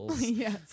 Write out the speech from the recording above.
Yes